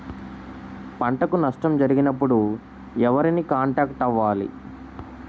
పంటకు నష్టం జరిగినప్పుడు ఎవరిని కాంటాక్ట్ అవ్వాలి?